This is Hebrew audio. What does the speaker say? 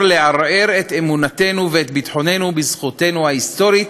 לערער את אמונתנו ואת ביטחוננו בזכותנו ההיסטורית,